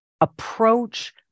approach